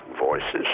Voices